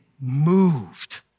moved